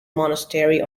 monastery